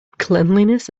cleanliness